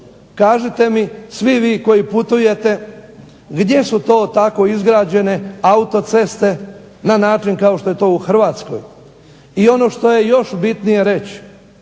Kažite mi svi vi koji putujete, gdje su tako izgrađene autoceste na način kao što je to u Hrvatskoj. I ono što je još bitnije reći,